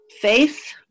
faith